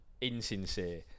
insincere